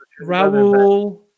Raul